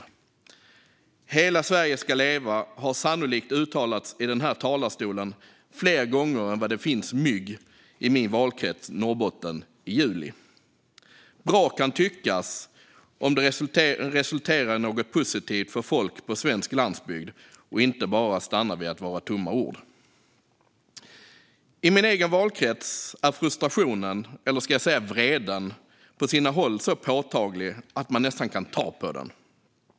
Att hela Sverige ska leva har sannolikt uttalats fler gånger här i denna talarstol än det finns mygg i min valkrets Norrbotten i juli. Det kan tyckas vara bra om det resulterar i något positivt för folk på svensk landsbygd och inte bara stannar vid tomma ord. I min egen valkrets är frustrationen, eller vreden, på sina håll så påtaglig att man nästan kan ta på den.